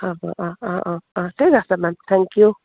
হ'ব অঁ অঁ অঁ অঁ ঠিক আছে মেম থেংক ইউ